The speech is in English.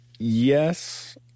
Yes